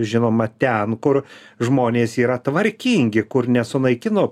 žinoma ten kur žmonės yra tvarkingi kur nesunaikino